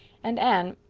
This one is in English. and, anne,